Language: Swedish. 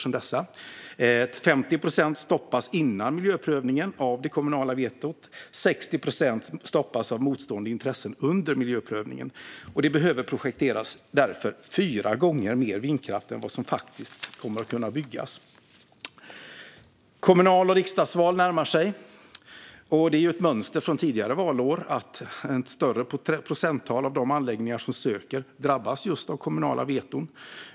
50 procent av ansökningarna stoppas innan miljöprövningen av det kommunala vetot. Under miljöprövningen stoppas 60 procent av motstående intressen. Det behöver därför projekteras för fyra gånger mer vindkraft än vad som faktiskt kommer att kunna byggas. Kommunal och riksdagsval närmar sig. Ett mönster från tidigare valår är att ett större procenttal av de anläggningar som söker drabbas av just kommunala veton.